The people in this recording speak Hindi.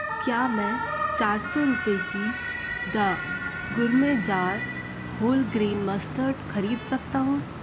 क्या मैं चार सौ रुपये की द गुरमेजार होलग्रेन मस्टर्ड खरीद सकता हूँ